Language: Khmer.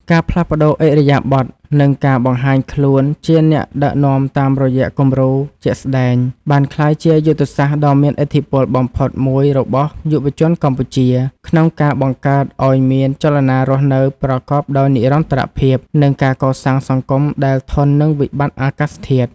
ការផ្លាស់ប្តូរឥរិយាបថ និងការបង្ហាញខ្លួនជាអ្នកដឹកនាំតាមរយៈគំរូជាក់ស្តែង បានក្លាយជាយុទ្ធសាស្ត្រដ៏មានឥទ្ធិពលបំផុតមួយរបស់យុវជនកម្ពុជា ក្នុងការបង្កើតឱ្យមានចលនារស់នៅប្រកបដោយនិរន្តរភាព និងការកសាងសង្គមដែលធន់នឹងវិបត្តិអាកាសធាតុ។